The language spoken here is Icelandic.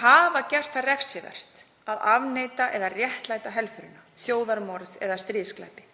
hafa gert það refsivert að afneita eða réttlæta helförina, þjóðarmorð eða stríðsglæpi.